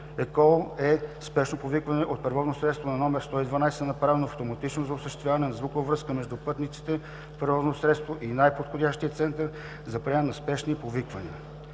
е спешно повикване от превозно средство на номер 112, направено автоматично за осъществяване на звукова връзка между пътниците в превозното средство и най-подходящия център за приемане на спешни повиквания.